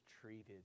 treated